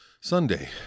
Sunday